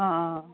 অ অ